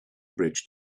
bridge